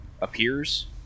appears